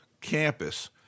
campus